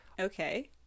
Okay